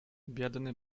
biedny